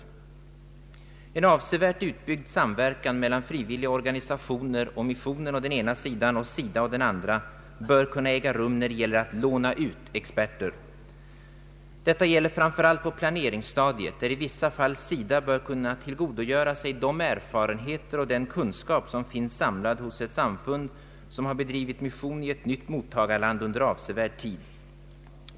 3) En avsevärt utbyggd samverkan mellan frivilliga organisationer och missionen å ena sidan och SIDA å den andra bör kunna äga rum när det gäller att ”låna ut” experter. Detta gäller framför allt på planeringsstadiet, där i vissa fall SIDA bör kunna tillgodogöra sig de erfarenheter och den kunskap som finns samlad hos ett samfund som bedrivit mission i ett nytt mottagarland under avsevärd tid.